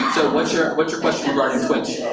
so what's your what's your question regarding twitch?